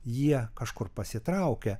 jie kažkur pasitraukia